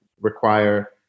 require